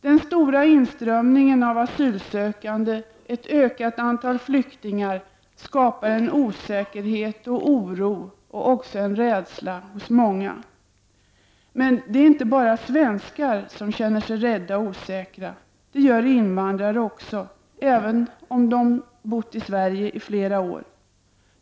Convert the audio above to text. Den stora inströmningen av asylsökande, det ökade antalet flyktingar, skapar osäkerhet, oro och också rädsla hos många. Men det är inte bara svenskar som känner sig rädda och osäkra. Det gör också invandrare, även de som bott i Sverige i flera år.